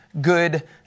good